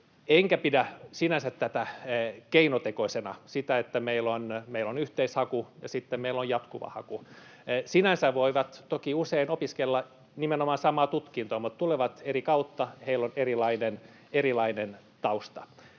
Enkä pidä sinänsä keinotekoisena sitä, että meillä on yhteishaku ja sitten meillä on jatkuva haku. Sinänsä he voivat toki usein opiskella nimenomaan samaa tutkintoa, mutta he tulevat eri kautta, heillä on erilainen tausta.